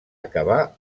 acabar